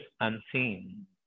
unseen